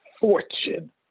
fortune